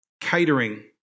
catering